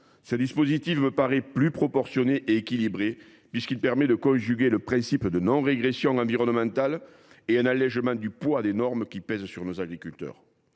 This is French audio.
Ce dispositif me paraît plus proportionné et équilibré puisqu’il permet de conjuguer le principe de non régression environnemental et un allégement du poids des normes qui pèsent sur nos agriculteurs.